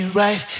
right